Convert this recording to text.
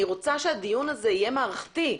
אני רוצה שהדיון הזה יהיה מערכתי.